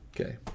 Okay